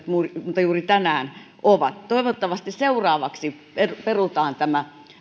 mutta juuri tänään ovat toivottavasti seuraavaksi perutaan tämä